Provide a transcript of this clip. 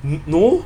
n~ no